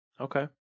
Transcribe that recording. Okay